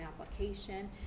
application